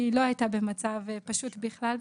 היא לא היתה במצב פשוט בכלל.